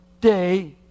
day